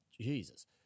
Jesus